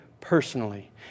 personally